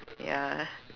ya